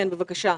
כן, בבקשה.